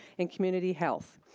and community health.